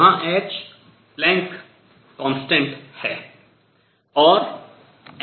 जहाँ h Planck स्थिरांक Planck's constant है